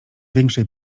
wielkiej